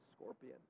scorpion